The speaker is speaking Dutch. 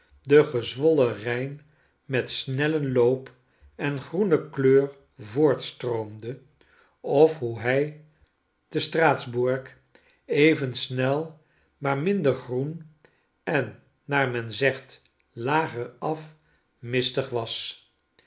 de gezwollen rijn met snellen loop en groene kleur voortstroomde of hoe hij te straatsburg even snel maar minder groen en naar men zegt lageraf mistig was